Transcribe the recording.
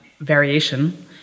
variation